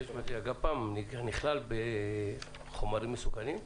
הגפ"מ נכלל בחומרים מסוכנים?